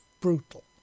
brutal